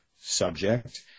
subject